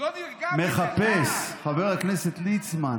מחפש חבר הכנסת ליצמן,